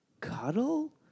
Cuddle